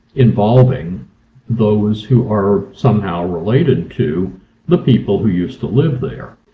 involving those who are somehow related to the people who used to live there.